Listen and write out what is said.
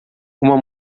uma